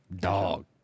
dog